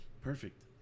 Perfect